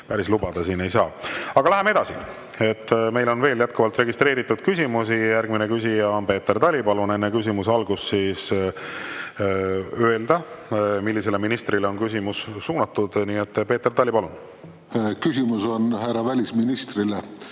päris lubada ei saa. Aga läheme edasi, meil on veel registreeritud küsimusi. Järgmine küsija on Peeter Tali. Palun enne küsimuse algust öelda, millisele ministrile on küsimus suunatud. Peeter Tali, palun! Küsimus on härra välisministrile